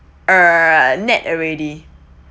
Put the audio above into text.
err net already